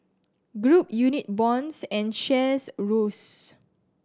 group unit bonds and shares rose